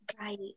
right